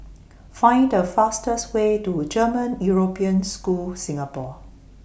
Find The fastest Way to German European School Singapore